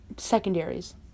Secondaries